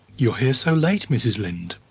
you here, so late, mrs. linde?